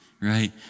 right